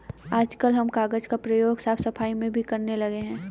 आजकल हम कागज का प्रयोग साफ सफाई में भी करने लगे हैं